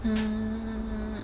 mm